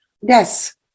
yes